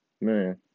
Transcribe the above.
Man